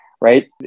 right